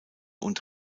und